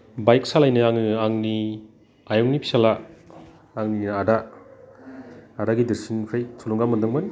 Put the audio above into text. bike सालायनो आङो आंनि आयंनि फिसाज्ला आंनि आदा गिदिरसिननिफ्राय थुलुंगां मोन्दोंमोन